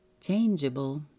changeable